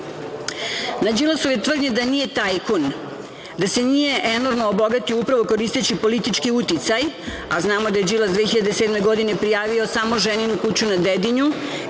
Đilasove tvrdnje da nije tajkun, da se nije enormno obogatio upravo koristeći politički uticaj, a znamo da je Đilas 2007. godine prijavio samo ženinu kuću na Dedinju